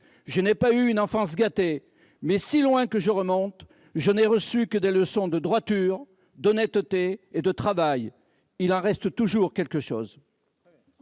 Je n'ai pas eu une enfance gâtée. Mais, si loin que je remonte, je n'ai reçu que des leçons de droiture, d'honnêteté et de travail. Il en reste toujours quelque chose.